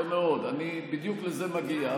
יפה מאוד, בדיוק לזה אני מגיע.